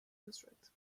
district